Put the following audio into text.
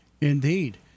indeed